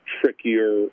trickier